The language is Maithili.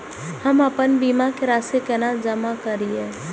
हम आपन बीमा के राशि केना जमा करिए?